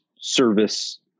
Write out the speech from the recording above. service